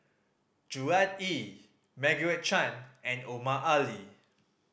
Gerard Ee Margaret Chan and Omar Ali